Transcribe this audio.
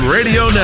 Radio